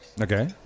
Okay